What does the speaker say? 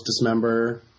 Dismember